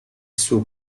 suo